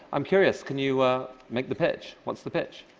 i'm curious, can you ah make the pitch? what's the pitch?